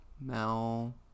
mel